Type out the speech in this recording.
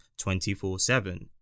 24-7